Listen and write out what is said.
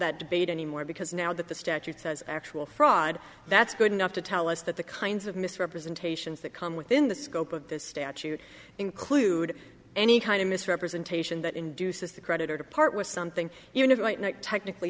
that debate anymore because now that the statute says actual fraud that's good enough to tell us that the kinds of misrepresentations that come within the scope of this statute include any kind of misrepresentation that induces the creditor to part with something you know technically